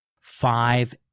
five